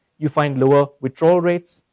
you find lower withdrawal rates.